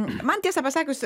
man tiesą pasakius